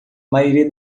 maioria